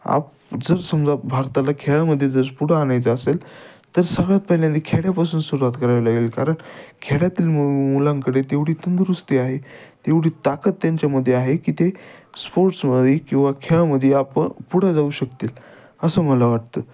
आप जर समजा भारताला खेळामध्ये जर पुढं आणायचं असेल तर सगळ्यात पहिल्यांदा खेड्यापासून सुरुवात करावी लागेल कारण खेड्यातील मु मुलांकडे तेवढी तंदुरुस्ती आहे तेवढी ताकद त्यांच्यामध्ये आहे की ते स्पोर्ट्समध्ये किंवा खेळामध्ये आपण पुढं जाऊ शकतील असं मला वाटतं